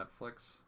Netflix